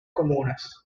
comunas